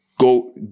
go